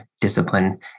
discipline